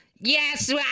yes